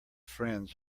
friends